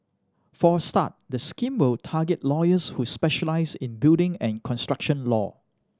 for a start the scheme will target lawyers who specialise in building and construction law